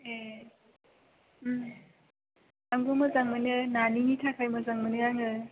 ए उम आंबो मोजां मोनो नानिनि थाखाय मोजां मोनो आङो